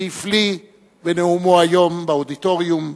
שהפליא בנאומו היום באודיטוריום,